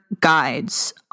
guides